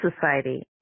Society